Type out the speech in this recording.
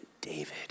David